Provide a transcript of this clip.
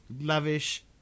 lavish